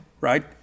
right